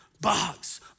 box